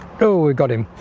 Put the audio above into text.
oh we got him